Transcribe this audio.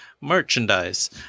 merchandise